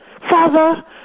Father